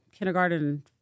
Kindergarten